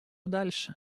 дальше